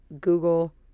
Google